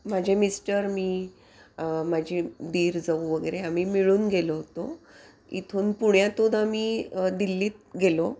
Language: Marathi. माझे मिस्टर मी माझी दीर जाऊ वगैरे आम्ही मिळून गेलो होतो इथून पुण्यातून आम्ही दिल्लीत गेलो